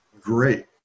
great